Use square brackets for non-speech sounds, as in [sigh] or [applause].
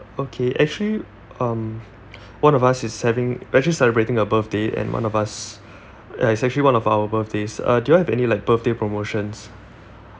okay actually um [breath] one of us is having we're actually celebrating a birthday and one of us [breath] ya it's actually one of our birthdays uh do you have any like birthday promotions